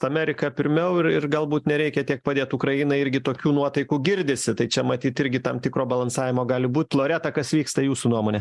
amerika pirmiau ir ir galbūt nereikia tiek padėt ukrainai irgi tokių nuotaikų girdisi tai čia matyt irgi tam tikro balansavimo gali būt loreta kas vyksta jūsų nuomone